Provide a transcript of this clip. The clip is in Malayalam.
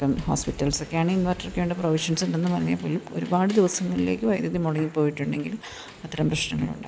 ഇപ്പം ഹോസ്പിറ്റൽസൊക്കെ ആണെങ്കിൽ ഇൻവെർട്ടർ ഒക്കെ ഉണ്ട് പ്രൊവിഷ്യൻസ് ഉണ്ടെന്ന് പറഞ്ഞാൽ പോലും ഒരുപാട് ദിവസങ്ങ ളിലേക്ക് വൈദ്യുതി മുടങ്ങി പോയിട്ടുണ്ടെങ്കിൽ അത്തരം പ്രശ്നങ്ങൾ ഉണ്ടാവും